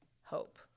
hope